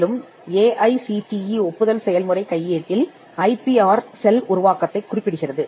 மேலும் ஏஐசிடிஇ ஒப்புதல் செயல்முறைக் கையேட்டில் ஐ பி ஆர் செல் உருவாக்கத்தைக் குறிப்பிடுகிறது